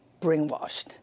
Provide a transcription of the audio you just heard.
brainwashed